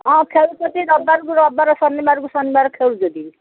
ହଁ ଖେଳୁଛନ୍ତି ରବିବାରକୁ ରବିବାର ଶନିବାରକୁ ଶନିବାର ଖେଳୁଛନ୍ତି